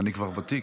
נעבור לנושא הבא,